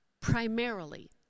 primarily